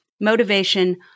motivation